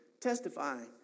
testifying